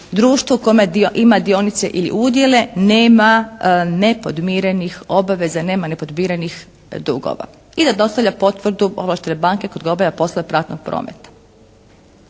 društvo u kome ima dionice ili udjele nema nepodmirenih obaveza, nema nepodmirenih dugova i da dostavlja potvrdu ovlaštene banke kod koje obavlja poslove platnog prometa.